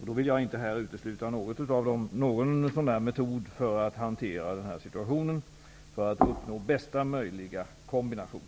Jag vill inte här utesluta någon metod för att hantera denna situation för att uppnå bästa möjliga kombination.